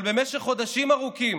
אבל במשך חודשים ארוכים